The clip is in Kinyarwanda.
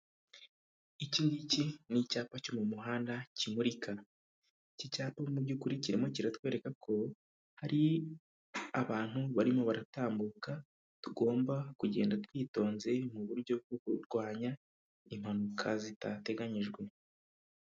Iki ngiki ni icyapa cyo mu muhanda kimurika. Iki cyapa mu byukuri kirimo kiratwereka ko hari abantu barimo baratambuka, tugomba kugenda twitonze mu buryo bwo kurwanya impanuka zitateganyijwe.